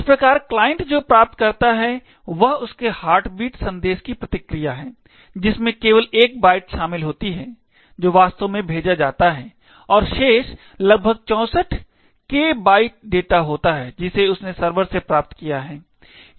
इस प्रकार क्लाइंट जो प्राप्त करता है वह उसके हार्टबीट संदेश की प्रतिक्रिया है जिसमें केवल एक बाइट शामिल होता है जो वास्तव में भेजा जाता है और शेष लगभग 64K बाइट डेटा होता है जिसे उसने सर्वर से प्राप्त किया है